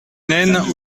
nène